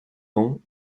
ans